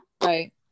Right